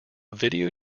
video